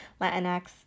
Latinx